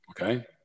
Okay